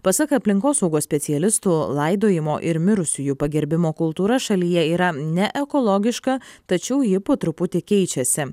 pasak aplinkosaugos specialistų laidojimo ir mirusiųjų pagerbimo kultūra šalyje yra neekologiška tačiau ji po truputį keičiasi